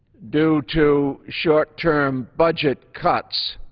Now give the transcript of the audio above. due to short-term budget cuts.